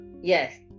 Yes